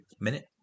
Minute